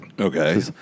Okay